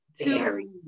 two